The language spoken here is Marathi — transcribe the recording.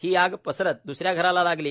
ही आग पसरत द्सऱ्या घराला लागली